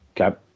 Okay